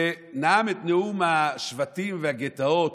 שנאם את נאום השבטים והגטאות.